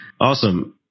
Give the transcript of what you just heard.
Awesome